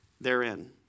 therein